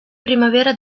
primavera